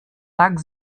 tak